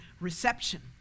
reception